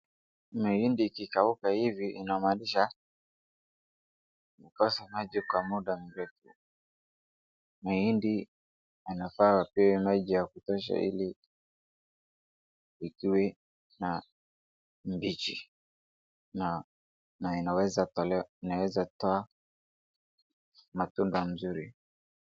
Mahindi ikikauka hivi inamaanisha imekosa maji kwa muda mrefu. Mahindi inafaa ipewe maji ya kutosha ili iwe mbichi na na inaweza tolewa inaweza toa matunda mazuri.